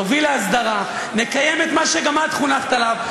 נוביל להסדרה ונקיים את מה שגם את חונכת עליו,